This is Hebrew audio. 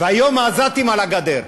והיום העזתים על הגדר.